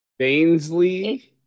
bainsley